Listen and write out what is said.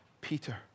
Peter